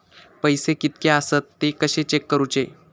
पैसे कीतके आसत ते कशे चेक करूचे?